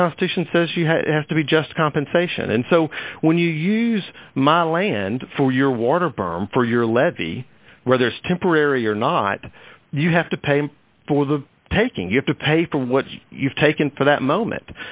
the constitution says you have to be just compensation and so when you use my land for your water berm for your levy whether it's temporary or not you have to pay for the taking you have to pay for what you've taken for that moment